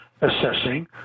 assessing